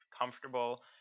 comfortable